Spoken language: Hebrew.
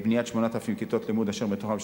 בניית 8,000 כיתות לימוד אשר מתוכן 3,200,